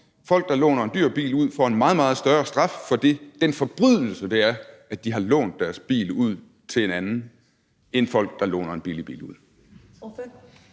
Folk, der låner en dyr bil ud, får en meget, meget større straf for den forbrydelse, det er, at de har lånt deres bil ud til en anden, end folk, der låner en billig bil ud.